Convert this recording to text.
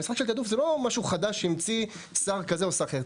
המשחק של תיעדוף זה לא איזה משהו חדש שהמציא שר כזה או אחר.